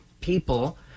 people